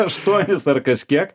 aštuonis ar kažkiek